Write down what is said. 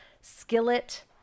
skillet